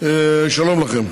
שלום לכם.